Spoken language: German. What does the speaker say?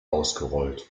ausgerollt